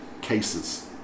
cases